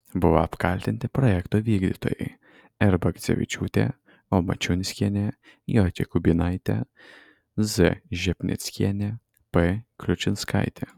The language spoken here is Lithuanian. buvo apkaltinti projekto vykdytojai r bagdzevičiūtė o mačiunskienė j jakubynaitė z žepnickienė p kliučinskaitė